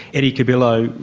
eddie cubillo,